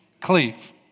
cleave